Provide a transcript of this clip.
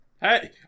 Hey